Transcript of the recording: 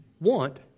want